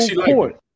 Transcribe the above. court